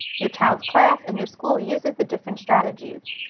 your child's class and your school uses the different strategies.